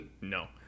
No